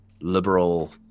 liberal